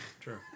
true